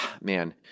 man